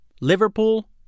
Liverpool